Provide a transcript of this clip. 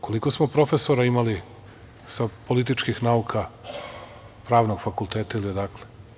Koliko smo profesora imali sa političkih nauka, pravnog fakulteta ili odakle?